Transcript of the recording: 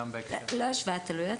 לא השוואת עלויות.